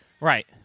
Right